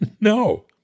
No